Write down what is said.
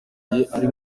ari